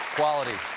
quality.